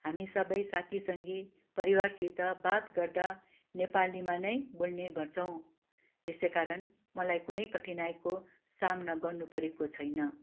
हामी सबै साथीसङ्गी परिवारसित बात गर्दा नेपालीमा नै बोल्ने गर्छौँ तेसै कारण मलाई कुनै कठिनाईको सामना गर्नु परेको छैन